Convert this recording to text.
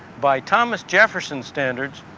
by thomas jefferson's standards,